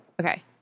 Okay